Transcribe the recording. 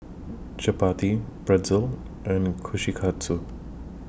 Chapati Pretzel and Kushikatsu